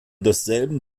desselben